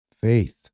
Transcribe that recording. faith